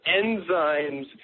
enzymes